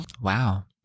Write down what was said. Wow